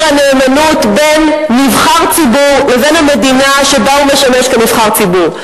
הנאמנות בין נבחר ציבור לבין המדינה שבה הוא משמש נבחר ציבור.